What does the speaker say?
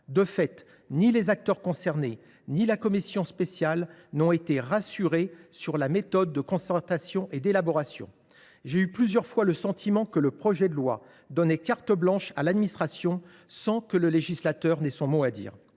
De fait, ni les acteurs concernés ni la commission spéciale n’ont été rassurés sur la méthode de concertation et d’élaboration de ces derniers. J’ai eu plusieurs fois le sentiment que le projet de loi donnait carte blanche à l’administration, sans que le législateur ait son mot à dire.